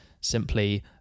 simply